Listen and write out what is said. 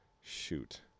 shoot